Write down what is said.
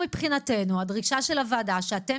מבחינתנו הדרישה של הוועדה היא שאתם